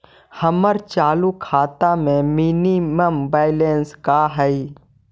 हमर चालू खाता के मिनिमम बैलेंस का हई?